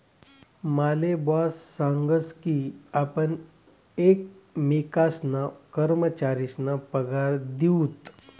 माले बॉस सांगस की आपण एकमेकेसना कर्मचारीसना पगार दिऊत